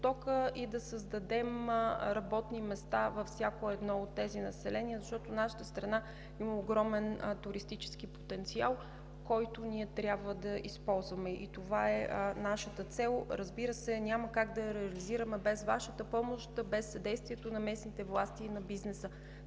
и да създадем работни места във всяко едно от тези населени места, защото нашата страна има огромен туристически потенциал, който ние трябва да използваме, и това е нашата цел. Разбира се, няма как да я реализираме без Вашата помощ, без съдействието на местните власти и на бизнеса.